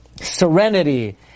serenity